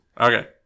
Okay